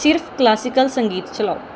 ਸਿਰਫ਼ ਕਲਾਸੀਕਲ ਸੰਗੀਤ ਚਲਾਓ